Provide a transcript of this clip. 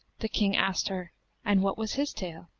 the king asked her and what was his tale?